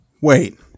Wait